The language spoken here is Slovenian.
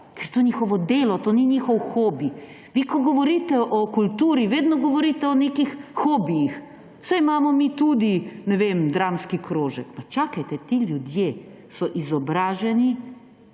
je to njihovo delo, to ni njihov hobi. Vi, ko govorite o kulturi, vedno govorite o nekih hobijih. Saj imamo mi tudi, ne vem, dramski krožek. Toda, čakajte! Ti ljudje so izobraženi,